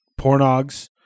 Pornogs